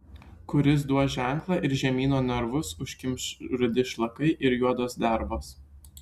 kuris duos ženklą ir žemyno nervus užkimš rudi šlakai ir juodos dervos